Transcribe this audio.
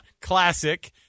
classic